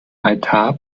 altar